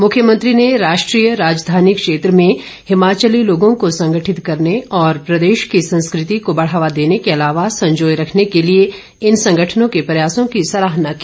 मुख्यमंत्री ने राष्ट्रीय राजधानी क्षेत्र में हिमाचली लोगों को संगठित करने और प्रदेश की संस्कृति को बढ़ावा देने के अलावा संजोए रखने के लिए इन संगठनों के प्रयासों की सराहना की